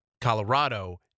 Colorado